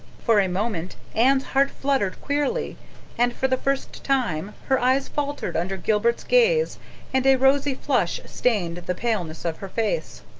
for a moment anne's heart fluttered queerly and for the first time her eyes faltered under gilbert's gaze and a rosy flush stained the paleness of her face.